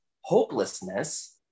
hopelessness